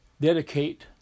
dedicate